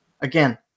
Again